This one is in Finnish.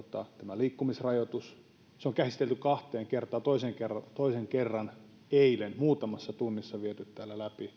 liikkumisrajoitus on käsitelty kahteen kertaan toisen kerran eilen muutamassa tunnissa viety täällä läpi